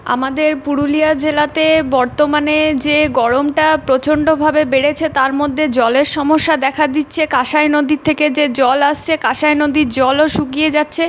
আমাদের পুরুলিয়া জেলাতে বর্তমানে যে গরমটা প্রচণ্ডভাবে বেড়েছে তার মধ্যে জলের সমস্যা দেখা দিচ্ছে কাঁসাই নদীর থেকে যে জল আসছে কাঁসাই নদীর জলও শুকিয়ে যাচ্ছে